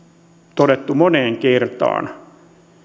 todettu moneen kertaan